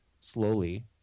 slowly